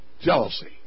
jealousy